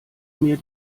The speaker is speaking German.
mir